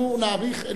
אנחנו נאריך,